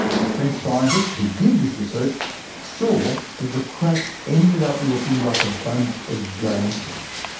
the french scientists who did this research saw that the cracks ended up looking like a bunch of branches.